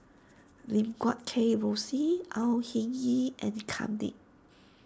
Lim Guat Kheng Rosie Au Hing Yee and Kam Ding